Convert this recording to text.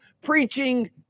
preaching